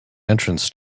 entrance